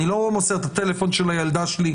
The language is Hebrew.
אני לא מוסר את הטלפון של הילדה שלי,